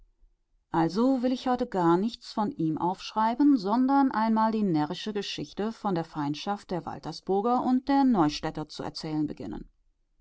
also will ich heute gar nichts von ihm aufschreiben sondern einmal die närrische geschichte von der feindschaft der waltersburger und der neustädter zu erzählen beginnen